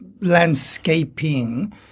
Landscaping